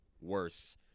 worse